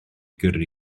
gyrru